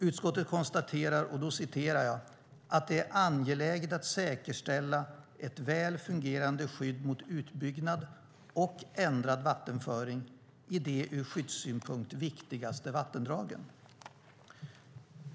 Utskottet konstaterar att det är angeläget att säkerställa ett väl fungerande skydd mot utbyggnad och ändrad vattenföring i de ur skyddssynpunkt viktigaste vattendragen.